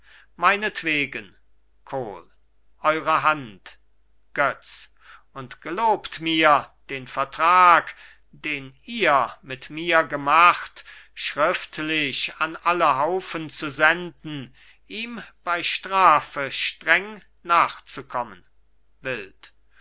meinetwegen kohl eure hand götz und gelobt mir den vertrag den ihr mit mir gemacht schriftlich an alle haufen zu senden ihm bei strafe streng nachzukommen wild